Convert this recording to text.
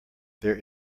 there